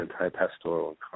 anti-pastoral